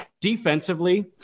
Defensively